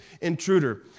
Intruder